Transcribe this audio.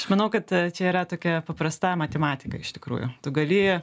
aš manau kad čia yra tokia paprasta matematika iš tikrųjų tu gali